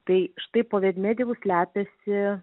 tai štai po vedmedevu slepiasi